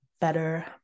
better